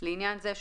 לעניין זה,